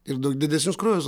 ir daug didesnius krūvius